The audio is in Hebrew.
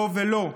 לא ולא.